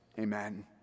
Amen